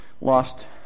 lost